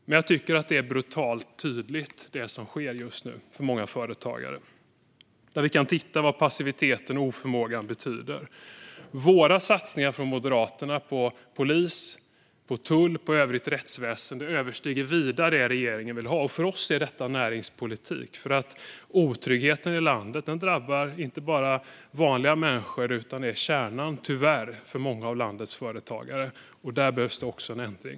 Men jag tycker att det som just nu sker för många företagare är brutalt tydligt. Vi kan se vad passiviteten och oförmågan betyder. Moderaternas satsningar på polis, tull och övrigt rättsväsen överstiger vida regeringens. För oss är det näringspolitik. Otryggheten i landet drabbar nämligen inte bara vanliga människor utan är tyvärr kärnan för många av landets företagare. Där behövs också en ändring.